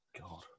God